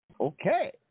Okay